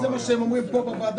זה מה שהם אמרו פה בוועדה.